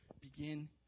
begin